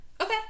Okay